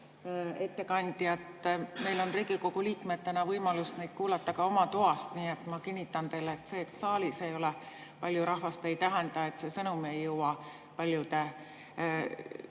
ettekande eest. Meil on Riigikogu liikmetena võimalus neid kuulata ka oma toast, nii et ma kinnitan teile, et see, et saalis ei ole palju rahvast, ei tähenda, et see sõnum ei jõua paljude Riigikogu